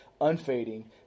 unfading